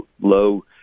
low